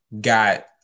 got –